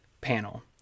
panel